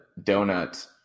donut